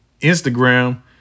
Instagram